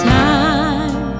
time